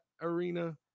arena